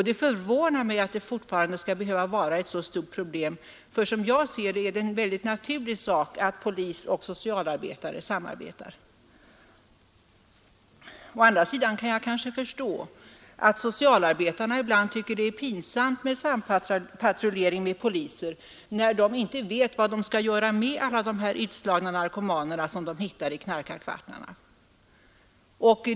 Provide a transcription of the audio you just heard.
Det förvånar mig att det fortfarande skall behöva vara det, ty som jag ser det är det naturligt att polis och socialarbetare samverkar. Å andra sidan kan jag kanske förstå att socialarbetarna ibland tycker att det är pinsamt med sampatrullering med poliser när de inte vet vad de skall göra med alla de utslagna narkomaner som de hittar i knarkarkvartarna.